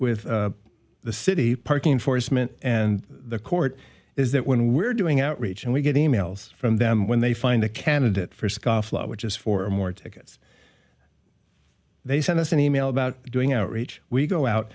with the city parking enforcement and the court is that when we're doing outreach and we get e mails from them when they find a candidate for scofflaw which is four or more tickets they send us an e mail about doing outreach we go out